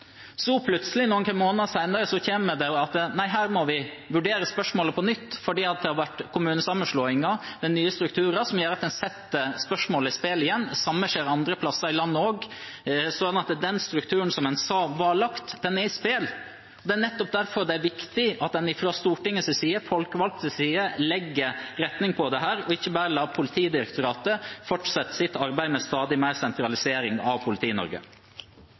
Så, plutselig, noen måneder senere, kommer det at en må vurdere spørsmålet på nytt fordi det har vært kommunesammenslåinger, med nye strukturer, som gjør at en igjen setter spørsmålet i spill. Det samme skjer også andre steder i landet. Så den strukturen som en sa var lagt, er i spill. Det er nettopp derfor det er viktig at en fra Stortingets side, de folkevalgtes side, viser retningen her og ikke bare lar Politidirektoratet fortsette sitt arbeid med stadig mer sentralisering av